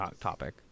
topic